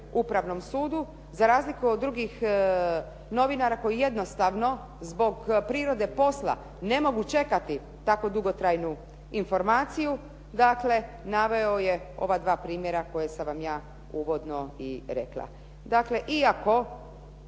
Upravnom sudu za razliku od drugih novinara koji jednostavno zbog prirode posla ne mogu čekati tako dugotrajnu informaciju, dakle naveo je ova dva primjera koja sam vam ja uvodno i rekla. Dakle, iako